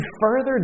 further